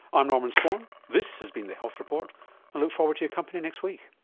ah norman swan, this has been the health report, i look forward to your company next week